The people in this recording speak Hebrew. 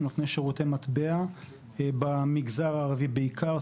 נש"פים, נותני שירותי מטבע, במגזר הערבי בעיקר.